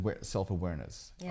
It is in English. self-awareness